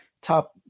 top